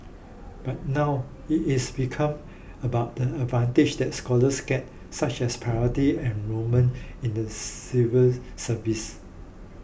but now it is become about the advantages that scholars get such as priority enrolment in the civil service